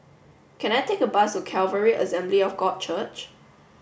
can I take a bus to Calvary Assembly of God Church